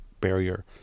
barrier